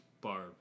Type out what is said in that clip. Barb